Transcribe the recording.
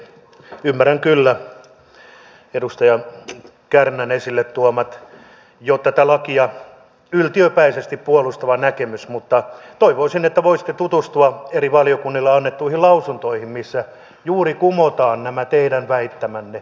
ymmärrän kyllä edustaja kärnän esille tuoman tätä lakia yltiöpäisesti puolustavan näkemyksen mutta toivoisin että voisitte tutustua eri valiokunnille annettuihin lausuntoihin missä juuri kumotaan nämä teidän väittämänne